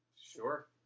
sure